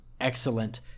excellent